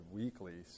weekly